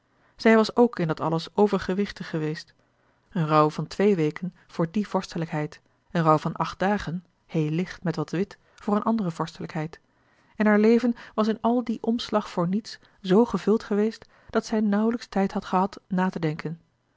zij was ook in dat alles overgewichtig geweest een rouw van twee weken voor die vorstelijkheid een rouw van acht dagen heel licht met wat wit voor een andere vorstelijkheid en haar leven was in al dien omslag voor niets zoo gevuld geweest dat zij nauwlijks tijd had gehad na te denken